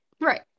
right